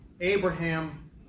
Abraham